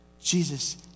Jesus